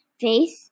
face